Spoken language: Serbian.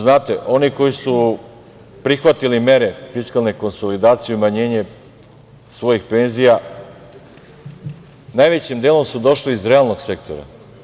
Znate, oni koji su prihvatili mere fiskalne konsolidacije i umanjenje svojih penzija najvećim delom su došli iz realnog sektora.